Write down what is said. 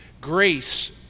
grace